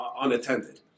unattended